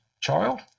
child